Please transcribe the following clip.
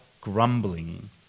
grumbling